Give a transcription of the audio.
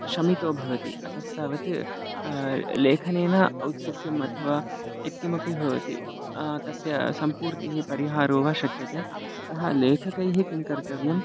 शमितो भवति अतस्तावत् लेखनेन औत्सुक्यम् अथवा यत्किमपि भवति तस्य सम्पूर्तिः परिहारो वा शक्यते अतः लेखकैः किं कर्तव्यम्